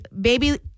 baby